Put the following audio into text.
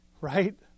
right